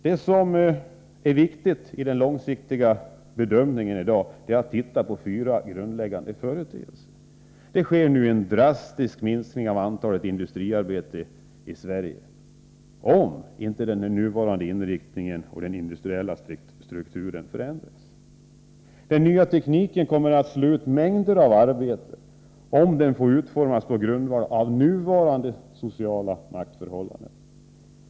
Det viktiga i den långsiktiga bedömningen i dag är att se på fyra grundläggande företeelser. Det kommer nu att ske en drastisk minskning av antalet industriarbeten i Sverige, om inte den nuvarande inriktningen och den industriella strukturen förändras. Den nya tekniken kommer att slå ut mängder av arbete, om den får utformas på grundval av nuvarande sociala maktförhållanden.